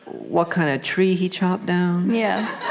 what kind of tree he chopped down. yeah